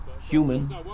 human